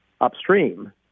upstream